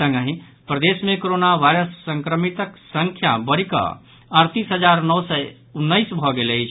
संगहि प्रदेश मे कोरोना वायरस संक्रमितक संख्या बढिकऽ अड़तीस हजार नओ सय उन्नैस भऽ गेल अछि